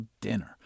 dinner